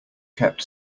kept